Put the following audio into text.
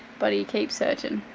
but he keeps searching.